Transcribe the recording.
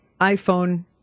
iphone